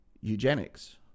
eugenics